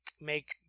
make